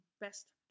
best